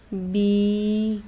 B